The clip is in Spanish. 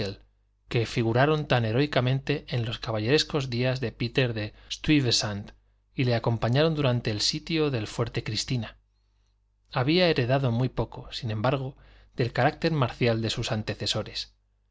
que figuraron tan heroicamente en los caballerescos días de péter stúyvesant y le acompañaron durante el sitio del fuerte christina había heredado muy poco sin embargo del carácter marcial de sus antecesores